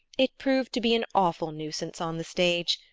it proved to be an awful nuisance on the stage.